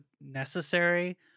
necessary